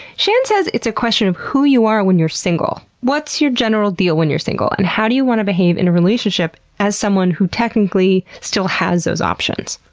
shan says it's a question of who you are when you're single. what's your general deal when you're single and how do you want to behave in a relationship as someone who technically still has those options?